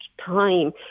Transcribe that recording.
time